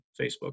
Facebook